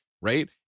Right